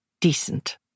Decent